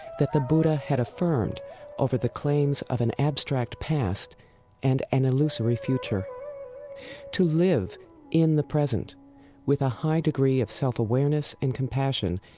that the buddha had affirmed over the claims of an abstract past and an illusory future to live in the present with a high degree of self-awareness and compassion,